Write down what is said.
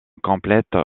complète